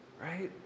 right